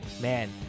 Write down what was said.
man